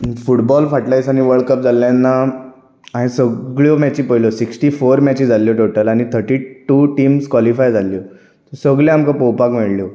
football फाटल्या दिसांनी world cup जाल्लें तेन्ना हांवे सगळ्यो मॅची पळयल्यो सिक्टी फॉर मॅची जाल्यो टोटल आनी थर्टी टू टिम्स कॉलीफाय जाल्यो सगल्यो आमकां पळोवपाक मेळिल्ल्यो